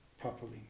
properly